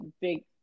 big